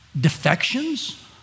defections